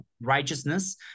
righteousness